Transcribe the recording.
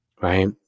Right